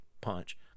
punch